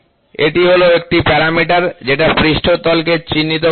Rz2224222521 21232324235 Rz0 µm এটা হল 1 টি প্যারামিটার যেটা পৃষ্ঠতল কে চিহ্নিত করে